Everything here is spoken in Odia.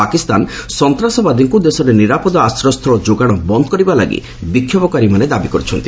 ପାକିସ୍ତାନ ସନ୍ତାସବାଦୀଙ୍କୁ ଦେଶରେ ନିରାପଦ ଆଶ୍ରୟସ୍ଥଳ ଯୋଗାଣ ବନ୍ଦ କରିବା ଲାଗି ବିକ୍ଷୋଭକାରୀମାନେ ଦାବି କରିଛନ୍ତି